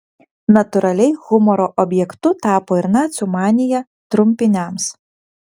natūraliai humoro objektu tapo ir nacių manija trumpiniams